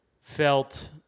felt